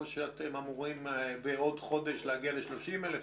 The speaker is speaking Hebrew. או שאתם אמורים בעוד חודש להגיע ל-30 אלף,